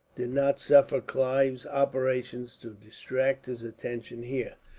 did not suffer clive's operations to distract his attention here.